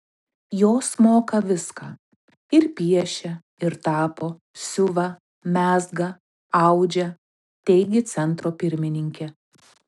jos moka viską ir piešia ir tapo siuva mezga audžia teigė centro pirmininkė